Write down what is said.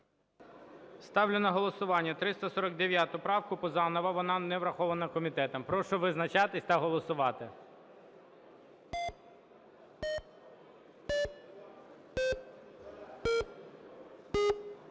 Ставлю на голосування 349 правку Пузанова. Вона не врахована комітетом. Прошу визначатись та голосувати.